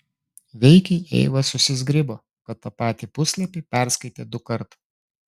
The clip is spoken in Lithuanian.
veikiai eiva susizgribo kad tą patį puslapį perskaitė dukart